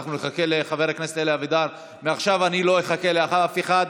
אנחנו נחכה גם לחבר הכנסת אבידר.